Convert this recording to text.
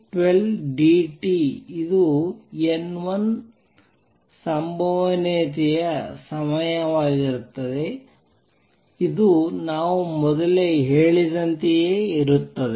B12 t ಇದು N1 ಸಂಭವನೀಯತೆಯ ಸಮಯವಾಗಿರುತ್ತದೆ ಇದು ನಾವು ಮೊದಲೇ ಹೇಳಿದಂತೆಯೇ ಇರುತ್ತದೆ